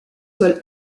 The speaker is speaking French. sol